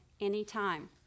anytime